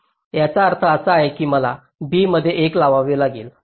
याचा अर्थ असा की मला b मध्ये 1 लावावा लागेल